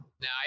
Now